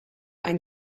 ein